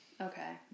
Okay